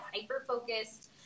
hyper-focused